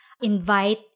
invite